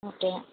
okay